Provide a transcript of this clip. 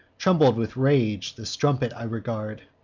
trembling with rage, the strumpet i regard,